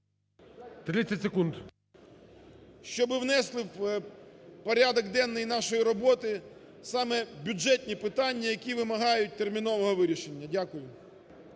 О.В. … щоби внесли в порядок денний нашої роботи саме бюджетні питання, які вимагають термінового вирішення. Дякую.